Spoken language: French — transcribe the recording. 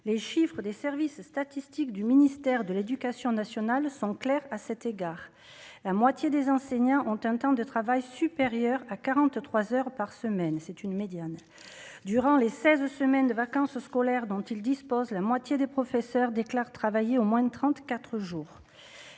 les chiffres des services statistiques du ministère de l'Éducation nationale sont clairs à cet égard la moitié des enseignants ont un temps de travail supérieure à 43 heures par semaine, c'est une médiane durant les 16 semaines de vacances scolaires dont ils disposent, la moitié des professeurs déclare travailler au moins de 34 jours